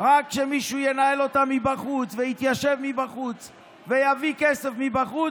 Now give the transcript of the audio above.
רק כשמישהו ינהל אותה מבחוץ ויתיישב מבחוץ ויביא כסף מבחוץ,